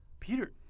Peter